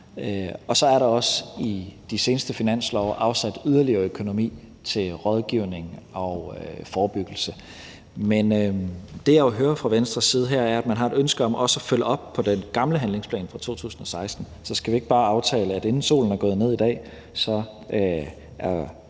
Og så er der også i de seneste finanslove afsat yderligere økonomi til rådgivning og forebyggelse. Men det, jeg jo hører fra Venstres side her, er, at man har et ønske om også at følge op på den gamle handlingsplan fra 2016, så skal vi ikke bare aftale, at inden solen er gået ned i dag, har fru